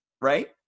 right